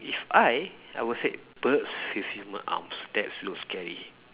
if I I will say birds with human arms that's look scary